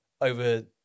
over